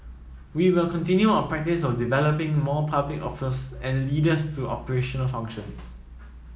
we will continue our practice of developing more public office and leaders to operational functions